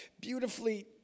beautifully